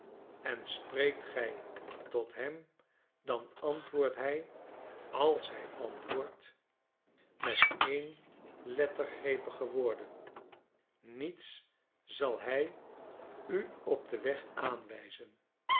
en spreekt gij tot hem dan antwoord bij als hij antwoordt met eenlettergrepige woorden niets zal hij u op den weg aanwijzen